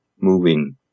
moving